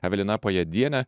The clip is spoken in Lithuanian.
evelina pajediene